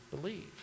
believe